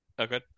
Okay